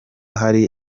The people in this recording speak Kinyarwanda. hari